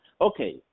Okay